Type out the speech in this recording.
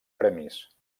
premis